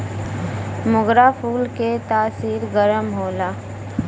मोगरा फूल के तासीर गरम होला